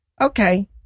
okay